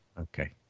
Okay